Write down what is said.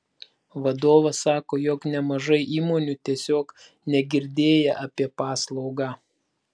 vadovas sako jog nemažai įmonių tiesiog negirdėję apie paslaugą